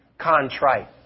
contrite